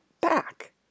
back